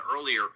earlier